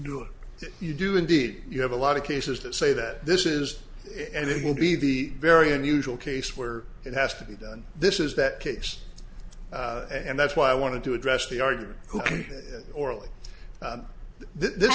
if you do indeed you have a lot of cases that say that this is it and it will be the very unusual case where it has to be done this is that case and that's why i wanted to address the argument ok orally this